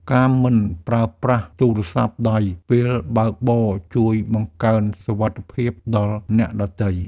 ការមិនប្រើប្រាស់ទូរស័ព្ទដៃពេលបើកបរជួយបង្កើនសុវត្ថិភាពដល់អ្នកដទៃ។